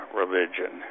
religion